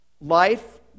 life